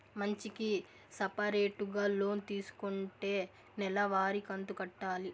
మంచికి సపరేటుగా లోన్ తీసుకుంటే నెల వారి కంతు కట్టాలి